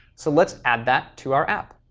so let's add that to our app.